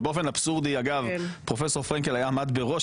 שבאופן אבסורדי פרופ' פרנקל עמד בראש